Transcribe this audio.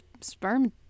sperm